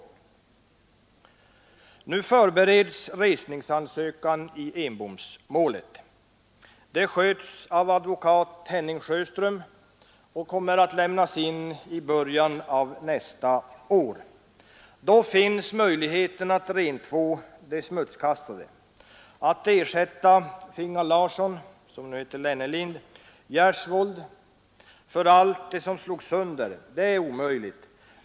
Nu förbereds resningsansökan i Enbomsmålet. Den sköts av advokat Henning Sjöström och kommer att lämnas in i början av nästa år. Då finns möjligheten att rentvå de smutskastade. Att ersätta Fingal Larsson, som nu heter Lennelind, och Gjersvold för allt det som slogs sönder är omöjligt.